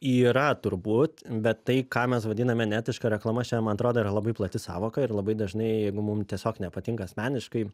yra turbūt bet tai ką mes vadiname neetiška reklama šiandien man atrodo yra labai plati sąvoka ir labai dažnai jeigu mum tiesiog nepatinka asmeniškai